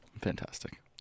Fantastic